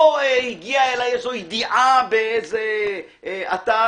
לא הגיעה אליי ידיעה באיזה אתר